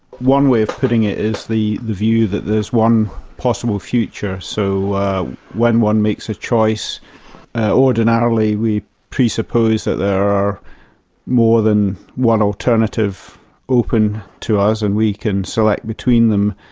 one way of putting it is the the view that there's one possible future, so when one makes a choice ordinarily we presuppose that there are more than one alternative open to us and we can select between them.